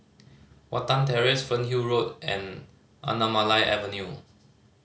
Watten Terrace Fernhill Road and Anamalai Avenue